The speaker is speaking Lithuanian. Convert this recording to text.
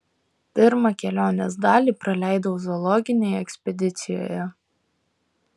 pirmą kelionės dalį praleidau zoologinėje ekspedicijoje